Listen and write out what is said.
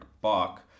Bach